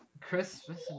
Christmas